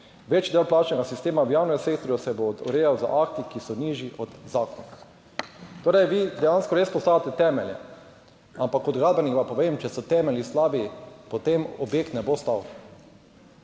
večji del plačnega sistema v javnem sektorju se bo urejal z akti, ki so nižji od zakonov. Torej vi dejansko res postavite temelje, ampak kot gradbenik vam povem, če so temelji slabi, potem objekt ne bo stal.